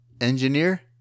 Engineer